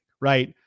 right